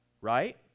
right